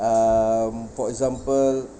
um for example